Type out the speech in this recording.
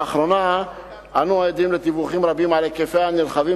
לאחרונה אנו עדים לדיווחים רבים על היקפיה הנרחבים